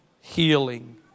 healing